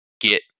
get